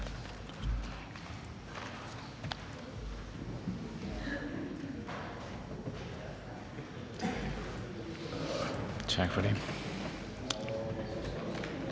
Tak for